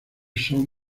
son